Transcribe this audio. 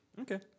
Okay